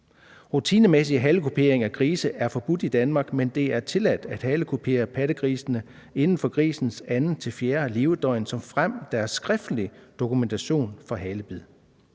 Rutinemæssig halekupering af grise er forbudt i Danmark, men det er tilladt at halekupere pattegrisene inden for grisens 2.-4. levedøgn, såfremt der er skriftlig dokumentation for halebid.